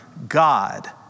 God